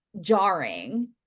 jarring